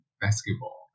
basketball